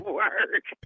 work